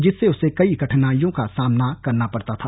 जिससे उसे कई कठिनाईयों का सामना करना पड़ता था